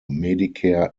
medicare